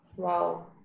Wow